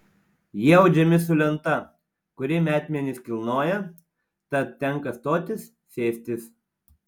jie audžiami su lenta kuri metmenis kilnoja tad tenka stotis sėstis